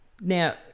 Now